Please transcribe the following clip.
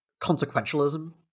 consequentialism